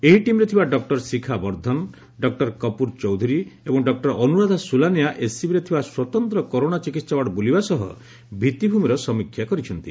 ଏହି ଟିମ୍ରେ ଥିବା ଡକୁର ଶିଖା ବର୍ବ୍ଧନ ଡକୁର କପୁର ଚୌଧୁରୀ ଏବଂ ଡକୁର ଅନୁରାଧା ସୁଲାନିଆ ଏସ୍ସିବିରେ ଥିବା ସ୍ୱତନ୍ତ କରୋନା ଚିକିହା ୱାର୍ଡ଼ ବୁଲିବା ସହ ଏଠାରେ ଭିଭିଭିମିର ସମୀକ୍ଷା କରିଛନ୍ତି